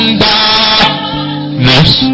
darkness